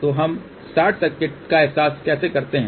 तो हम short circuit का एहसास कैसे करते हैं